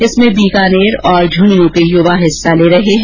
इसमें बीकानेर और झुंझुनू के युवा भाग ले रहे हैं